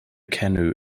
canoe